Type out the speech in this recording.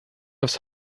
aufs